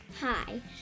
Hi